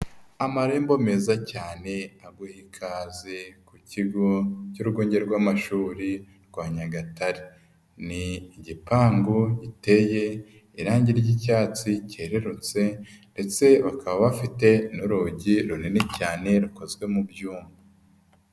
Amarembo meza cyane aguha ikaze ku kigo cy'urwunge rw'amashuri rwa Nyagatare, ni igipangu giteye irangi ry'icyatsi cyerererutse ndetse bakaba bafite n'urugi runini cyane rukozwe mu byuma.